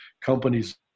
Companies